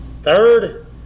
Third